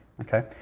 okay